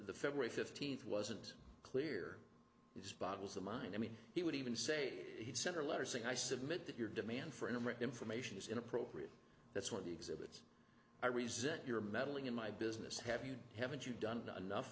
the february fifteenth wasn't clear it's boggles the mind i mean he would even say he sent a letter saying i submit that your demand for intimate information is inappropriate that's one of the exhibits i resent your meddling in my business have you haven't you done enough